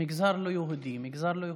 מגזר לא יהודי, מגזר לא יהודי?